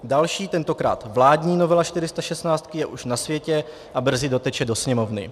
Další, tentokrát vládní novela čtyřistašestnáctky je už na světě a brzy doteče do Sněmovny.